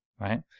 right